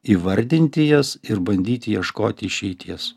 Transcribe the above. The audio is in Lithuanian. įvardinti jas ir bandyti ieškoti išeities